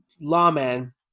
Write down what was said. lawman